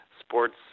sports